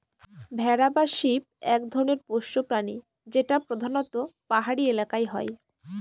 ভেড়া বা শিপ এক ধরনের পোষ্য প্রাণী যেটা প্রধানত পাহাড়ি এলাকায় হয়